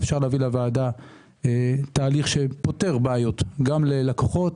אפשר להביא לוועדה תהליך שפותר בעיות גם ללקוחות,